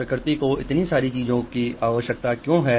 प्रकृति को इतनी सारी चीजों की आवश्यकता क्यों है